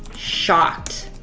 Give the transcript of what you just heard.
shocked.